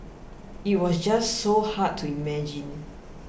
it was just so hard to imagine